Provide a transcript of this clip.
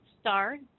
star